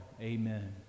Amen